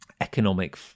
economic